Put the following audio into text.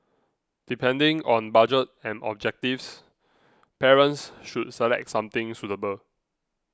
depending on budget and objectives parents should select something suitable